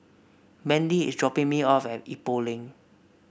Mendy is dropping me off at Ipoh Lane